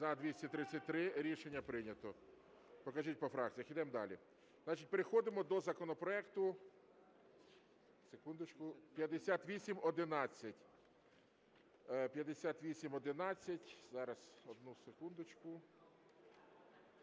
За-233 Рішення прийнято. Покажіть по фракціях. Йдемо далі. Переходимо до законопроекту, секундочку… 5811. 5811, зараз, одну секундочку.